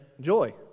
joy